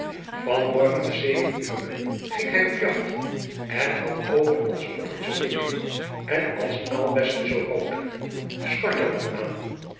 morgen te zeven ure ging hij op de jacht en had oogen als jacob van lennep de pleegzoon potten zoo dik en als aalbessen zoo